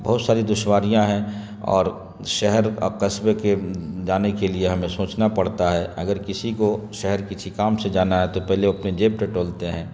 بہت ساری دشواریاں ہیں اور شہر اور قصبے کے جانے کے لیے ہمیں سوچنا پڑتا ہے اگر کسی کو شہر کسی کام سے جانا ہے تو پہلے اپنے جیب ٹٹولتے ہیں